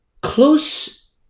close